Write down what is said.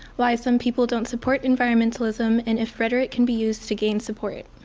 why some people don't support environmentalism and if rhetoric can be used to gain support.